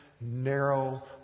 narrow